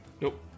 Nope